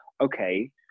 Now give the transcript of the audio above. okay